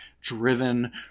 driven